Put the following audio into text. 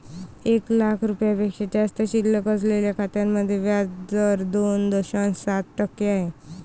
एक लाख रुपयांपेक्षा जास्त शिल्लक असलेल्या खात्यांमध्ये व्याज दर दोन दशांश सात टक्के आहे